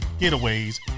getaways